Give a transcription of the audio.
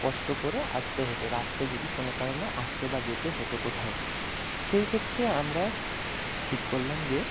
কষ্ট করে আসতে হতো রাত্রে যদি কোন কারণে আসতে বা যেতে হতো কোথাও সেই ক্ষেত্রে আমরা ঠিক করলাম যে